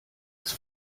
ist